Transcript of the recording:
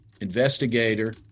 investigator